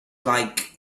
like